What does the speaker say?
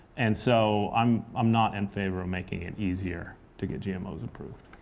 and so i'm i'm not in favor of making it easier to get gmos approved.